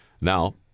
Now